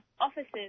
offices